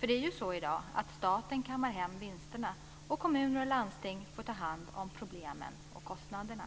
Det är ju så i dag att staten kammar hem vinsterna, och kommuner och landsting får ta hand om problemen och kostnaderna.